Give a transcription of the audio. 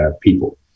people